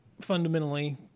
fundamentally